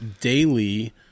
daily